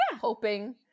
hoping